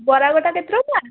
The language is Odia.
ବରା ଗୋଟା କେତେ ଟଙ୍କା